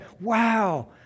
wow